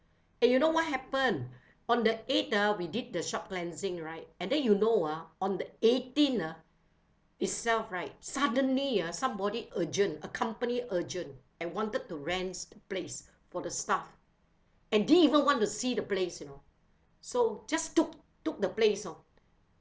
and you know what happened on the eighth ah we did the shop cleansing right and then you know ah on the eighteenth ah itself right suddenly ah somebody urgent a company urgent and wanted to rents place for the staff and didn't even want to see the place you know so just took took the place you know